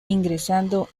ingresando